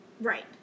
Right